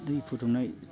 दै फुदुंनाय